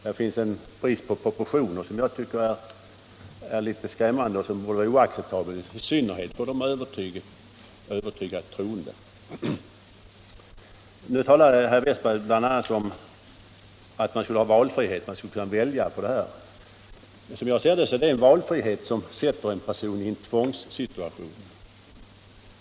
Det finns där en brist på proportioner som jag tycker är litet skrämmande och som borde vara oacceptabel i synnerhet för de övertygat troende. Nu talade herr Westberg i Ljusdal bl.a. om att man skulle kunna välja i sådana här fall. Som jag ser det är det en valfrihet som sätter en person i en tvångssituation.